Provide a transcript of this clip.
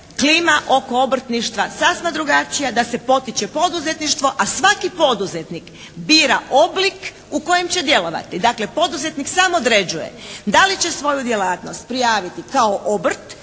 klima oko obrtništva sasma drugačija, da se potiče poduzetništvo, a svaki poduzetnik bira oblik u kojem će djelovati. Dakle, poduzetnik sam određuje da li će svoju djelatnost prijaviti kao obrt